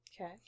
Okay